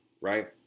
right